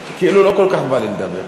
כאילו לא כל כך בא לי לדבר.